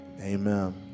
Amen